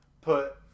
put